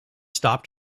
stopped